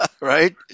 Right